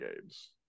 games